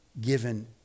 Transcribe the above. given